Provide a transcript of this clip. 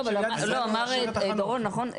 הוא אמר, דורון, נכון?